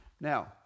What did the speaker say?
Now